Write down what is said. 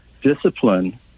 discipline